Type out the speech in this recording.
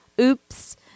Oops